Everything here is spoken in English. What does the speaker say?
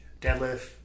deadlift